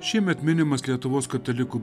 šiemet minimas lietuvos katalikų